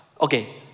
Okay